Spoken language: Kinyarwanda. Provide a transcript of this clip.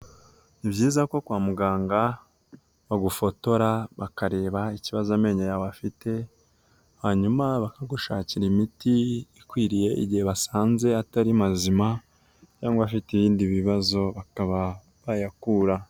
Ni byiza ko kwa muganga bagufotora bakareba ikibazo amenyo yawe afite, hanyuma bakagushakira imiti ikwiriye igihe basanze atari mazima cyangwa afite ibindi bibazo bakaba bayakura.